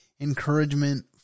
encouragement